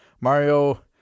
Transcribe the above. Mario